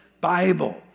Bible